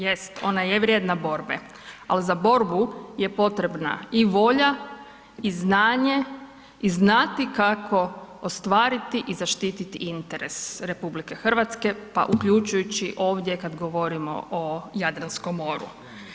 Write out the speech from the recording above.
Jest, ona je vrijedna borbe, ali za borbu je potrebna i volja i znanje i znati kako ostvariti i zaštititi interes RH pa uključujući ovdje kad govorimo o Jadranskom moru.